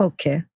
Okay